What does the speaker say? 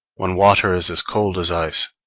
when water is as cold as ice,